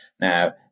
Now